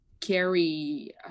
carry